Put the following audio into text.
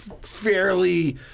fairly—